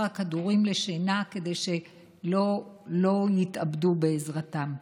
הכדורים לשינה כדי שלא יתאבדו בעזרתם.